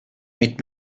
mit